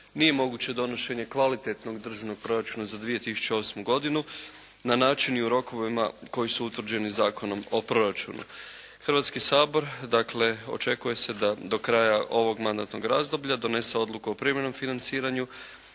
nije moguće donošenje kvalitetnog državnog proračuna za 2008. godinu na način i u rokovima koji su utvrđeno Zakonom o proračunu. Hrvatski sabor dakle očekuje se da do kraja ovog mandatnog razdoblja donese odluku o privremenom financiranju